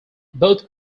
both